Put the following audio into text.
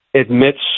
admits